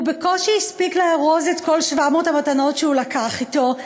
והוא בקושי הספיק לארוז את כל 700 המתנות שהוא לקח אתו,